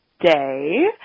day